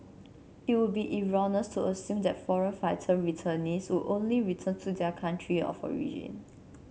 it would be erroneous to assume that foreign fighter returnees would only return to their country of origin